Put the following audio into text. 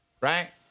right